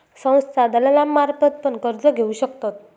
संस्था दलालांमार्फत पण कर्ज घेऊ शकतत